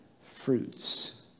fruits